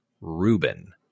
Ruben